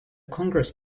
congress